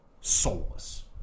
soulless